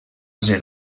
ser